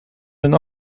hun